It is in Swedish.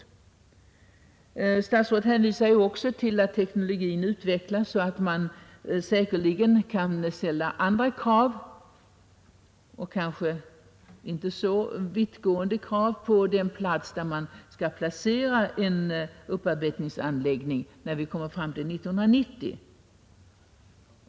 Industriministern hänvisar också till att teknologin utvecklas, så att man säkerligen kan ställa andra och kanske inte så vittgående krav på den plats där man skall placera en upparbetningsanläggning när man kommer fram till 1990.